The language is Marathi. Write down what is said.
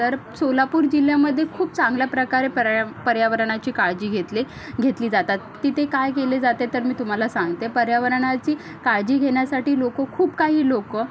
तर सोलापूर जिल्ह्यामध्ये खूप चांगल्या प्रकारे परया पर्यावरणाची काळजी घेतली घेतली जातात तिथे काय केले जाते तर मी तुम्हाला सांगते पर्यावरणाची काळजी घेण्यासाठी लोक खूप काही लोक